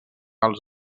als